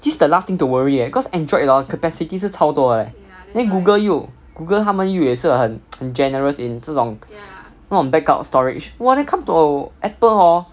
this is the last thing to worry eh cause Android hor capacity 是超多的 leh then Google 又 Google 他们又也是很 generous in 这种这种 backup storage !wah! then come to Apple hor